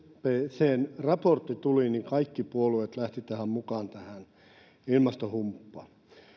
tämä ipccn raportti tuli niin kaikki puolueet lähtivät mukaan tähän ilmastohumppaan